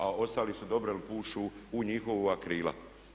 A ostali su dobro je pušu u njihova krila.